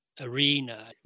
arena